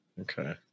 Okay